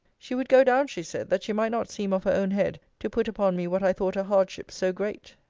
she would go down, she said, that she might not seem of her own head to put upon me what i thought a hardship so great.